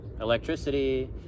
electricity